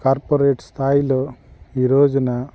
corporate స్థాయిలో ఈరోజున